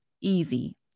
easy